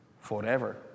forever